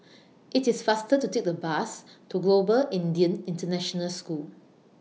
IT IS faster to Take The Bus to Global Indian International School